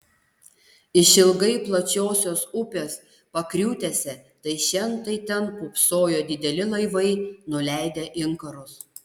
išilgai plačiosios upės pakriūtėse tai šen tai ten pūpsojo dideli laivai nuleidę inkarus